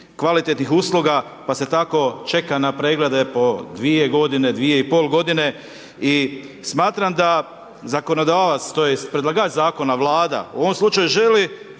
kvalitetnih usluga pa se tako čeka na preglede po dvije godine, 2,5 godine. I smatram da zakonodavac, tj. predlagač zakona Vlada u ovom slučaju želi